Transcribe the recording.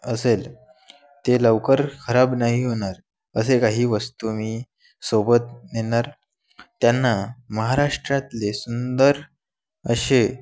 असेल ते लवकर खराब नाही होणार असे काही वस्तू मी सोबत नेणार त्यांना महाराष्ट्रातले सुंदर असे